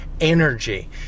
energy